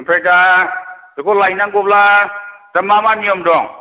ओमफ्राय दा बेखौ लायनांगौब्ला दा मा मा नियम दं